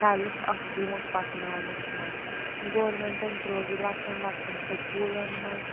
help اَتھ برٛونٛٹھ پَکناونَس منٛز گورمٮ۪نٛٹَن ترٛٲو یہِ لۄکٹٮ۪ن لۄکٹٮ۪ن سکوٗلَن منٛز